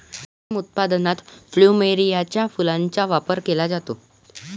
perfume उत्पादनात प्लुमेरियाच्या फुलांचा वापर केला जातो